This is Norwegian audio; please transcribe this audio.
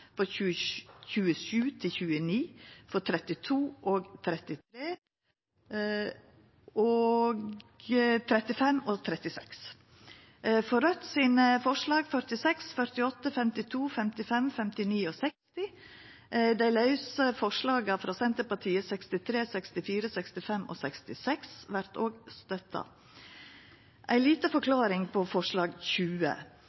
frå SV, og for forslaga nr. 46, 48, 52, 55, 59 og 60, frå Raudt. Dei lause forslaga nr. 63, 64, 65 og 66, frå Senterpartiet, vert òg støtta. Ei